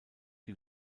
die